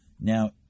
Now